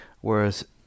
Whereas